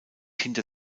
hinter